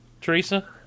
Teresa